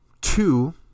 two